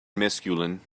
masculine